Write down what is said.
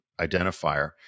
identifier